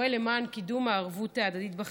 שפועל למען קידום הערבות ההדדית בחברה.